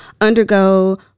undergo